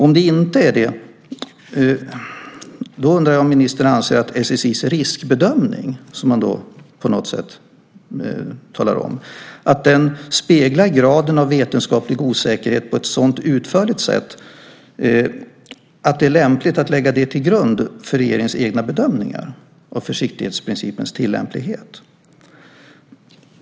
Om det inte är det, undrar jag om ministern anser att SSI:s riskbedömning, som man på något sätt talar om, speglar graden av vetenskaplig osäkerhet på ett så utförligt sätt att det är lämpligt att lägga det till grund för regeringens egna bedömningar av försiktighetsprincipens tillämplighet.